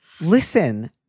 Listen